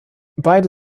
beide